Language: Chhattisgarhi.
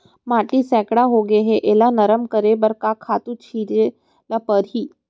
माटी सैकड़ा होगे है एला नरम करे बर का खातू छिंचे ल परहि?